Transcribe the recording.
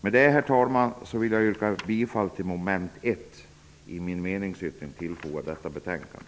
Med detta, herr talman, yrkar jag bifall till mom. 1 i min meningsyttring som är fogad till detta betänkande.